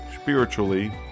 spiritually